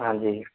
हाँ जी